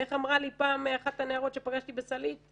ואיך אמרה לי פעם אחת הנערות שפגשתי בסלעית?